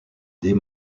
des